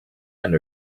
and